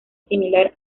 similar